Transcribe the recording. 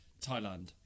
Thailand